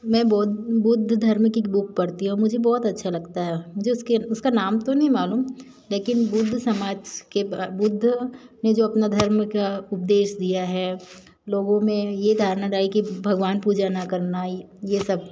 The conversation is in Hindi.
मैं बहुत बौद्ध धर्म की बुक पढ़ती हूँ मुझे बहुत अच्छा लगता है जिसके उसका नाम तो नहीं मालूम लेकिन बौद्ध समाज के बुद्ध ने जो अपना धर्म का उपदेश दिया है लोगों में ये धारणा लाई की भगवान पूजा ना करना आई यह सब